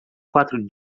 quatro